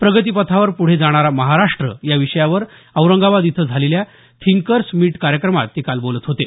प्रगतीपथावर पुढे जाणारा महाराष्ट या विषयावर औरंगाबाद इथं झालेल्या थिंकर्स मीट कार्यक्रमात ते बोलत होते